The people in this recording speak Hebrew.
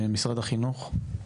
משרד החינוך?